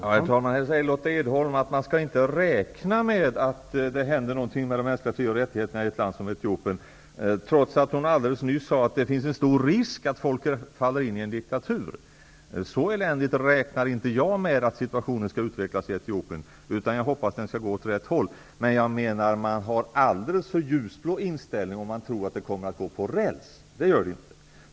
Herr talman! Nu säger Lotta Edholm att man inte skall räkna med att det händer någonting med de mänskliga fri och rättigheterna i ett land som Etiopien. Men alldeles nyss sade hon att det finns en stor risk för att folk faller in i diktatur. Så eländigt räknar inte jag med att situationen skall utvecklas i Etiopien. Jag hoppas att utvecklingen skall gå åt rätt håll. Men man har alldeles för ljusblå inställning, om man tror att det kommer att gå på räls. Så blir det inte.